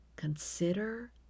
Consider